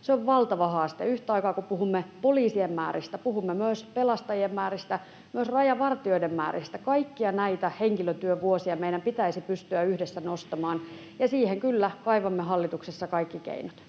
Se on valtava haaste. Yhtä aikaa, kun puhumme poliisien määristä, puhumme myös pelastajien määristä, myös rajavartijoiden määristä. Kaikkia näitä henkilötyövuosia meidän pitäisi pystyä yhdessä nostamaan, ja siihen kyllä kaivamme hallituksessa kaikki keinot.